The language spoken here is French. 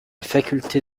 faculté